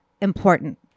important